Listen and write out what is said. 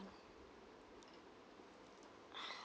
uh